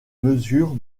mesures